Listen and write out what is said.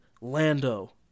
Lando